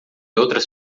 outras